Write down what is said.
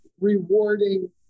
rewarding